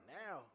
now